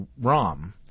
ROM